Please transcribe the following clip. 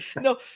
No